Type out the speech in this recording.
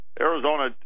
Arizona